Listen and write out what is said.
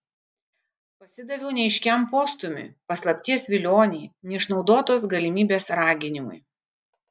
pasidaviau neaiškiam postūmiui paslapties vilionei neišnaudotos galimybės raginimui